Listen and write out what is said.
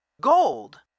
gold